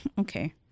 okay